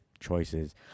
choices